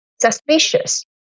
suspicious